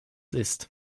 ist